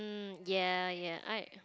mm ya ya I